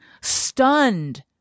stunned